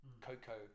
Coco